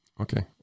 Okay